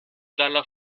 dalla